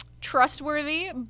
trustworthy